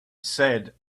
said